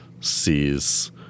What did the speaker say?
sees